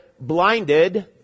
blinded